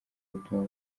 ubutumwa